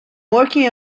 working